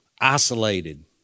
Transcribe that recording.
isolated